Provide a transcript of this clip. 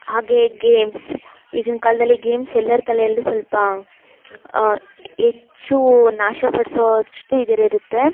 ಹಾಗೆ ಗೇಮ್ಸ್ ಈಗಿನ ಕಾಲದಲ್ಲಿ ಗೇಮ್ಸ್ ಎಲ್ಲರ ತಲೆಯಲ್ಲಿ ಸ್ವಲ್ಪ ಹೆಚ್ಚು ನಾಶ ಪಡಿಸೋವಷ್ಟು ಇದಿರುತ್ತೆ